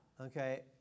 okay